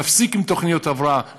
להפסיק עם תוכניות הבראה,